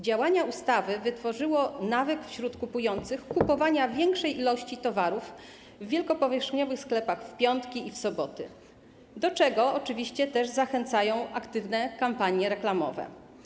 Działania ustawy wytworzyły nawyk wśród kupujących kupowania większej ilości towarów w wielkopowierzchniowych sklepach w piątki i w soboty, do czego oczywiście też zachęcają aktywne kampanie reklamowe.